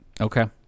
Okay